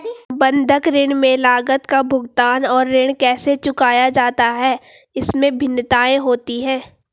बंधक ऋण में लागत का भुगतान और ऋण कैसे चुकाया जाता है, इसमें भिन्नताएं होती हैं